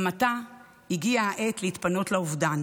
אולם עתה הגיעה העת להתפנות לאובדן,